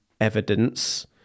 evidence